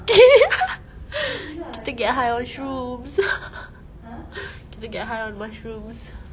kita get high on shrooms kita get high on mushrooms